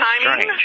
timing